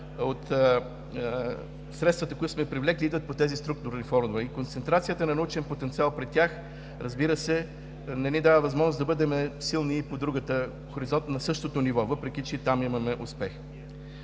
от средствата, които сме привлекли, идват по тези структурни фондове. Концентрацията на научен потенциал при тях, разбира се, не ни дава възможност да бъдем силни и по другата – Хоризонт, на същото ниво, въпреки че и там имаме успех.